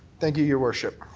thank you, your worship.